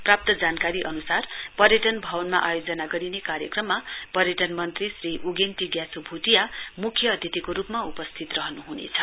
प्राप्त जानकारी अन्सार पर्यटन भवनमा आयोजना गरिने कार्यक्रममा पर्यटन मन्त्री श्री उगेन टी ग्याछो भ्टिया म्ख्य अतिथिको रूपमा उपस्थित रहन् हुनेछ